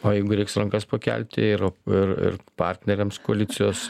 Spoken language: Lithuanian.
o jeigu reiks rankas pakelti ir ir ir partneriams koalicijos